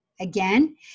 again